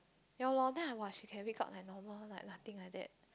ya loh then I !wah! she can wake up like normal like nothing like that